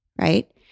right